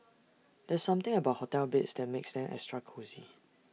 there's something about hotel beds that makes them extra cosy